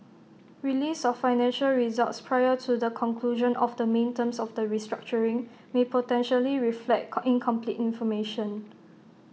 release of financial results prior to the conclusion of the main terms of the restructuring may potentially reflect com incomplete information